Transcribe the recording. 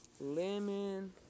lemon